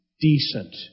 Decent